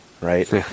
right